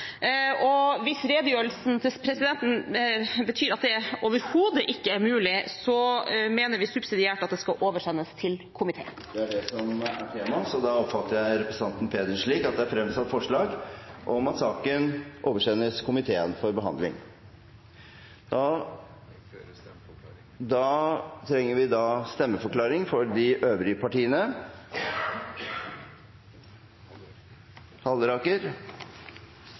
og hvis redegjørelsen til presidenten betyr at det overhodet ikke er mulig, mener vi subsidiært at det skal oversendes komité. Det er det som er temaet, så da oppfatter jeg representanten Helga Pedersen slik at det er fremsatt forslag om at saken oversendes komiteen til behandling. Da trenger vi en stemmeforklaring fra de øvrige partiene.